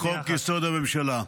לחוק-יסוד: הממשלה.